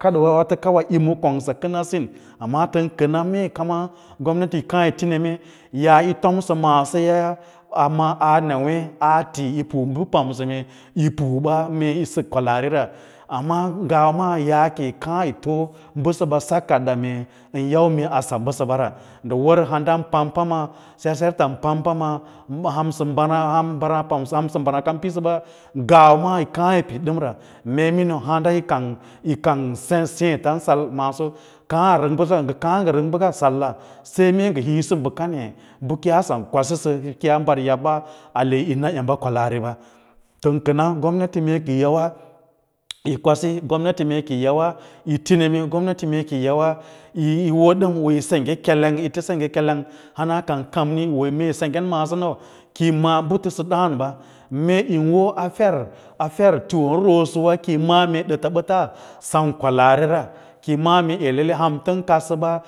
kaɗoo waato kawa yi ma kongsa kəm asín, amma tən kəna mee kam gomnati ki yi kaã yi fi neme yaa yi tomsə maasoya aa ma aa newê aa tiya pu bə pamsə mee yi pu ɓa, mee yi sək kwalaarira, amma ngawa maa yaake yikaã yi too bəsəɓa sakadda mee ən yau mee a sa bəsaɓa ra, ngə haudən pam pam serserfan paun pama hansa mbəraã, hana pamsə mbəraã kan pidsə ɓa ngawa maa yi kaã yi pid ɗamra mee miniu handa yi kang seẽfan sə maaso, kaã ngə rək mbəsa kaã ngə rək bəka salla saí mee agə hiĩsə bəkan hě bə kiyaa san kwasisə u kiyaa mbar yabba ale yi na emba kwalaariɓa, ən kəna gomnati mee kiyi yawa yi kwasi, mee kiyi yawa yi tineme, gomnati mee kiyi yawa yi wo ɗəm wo yi sengge kellenggə, yi tə sengge kelleknggə hana kan kamni mee yi wo ya senggen maa so nəu kiyì maa bətəsə dǎǎba, mee yi wo a fer tiqon rosəwa kì maꞌâ mee ɗətaɓəta sem kwalaarira, kiyì maꞌâ mee ěě lallai ham tən kadsə ɓa.